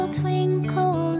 twinkle